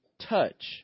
touch